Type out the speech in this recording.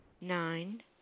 Nine